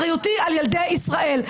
אחריותי על ילדי ישראל.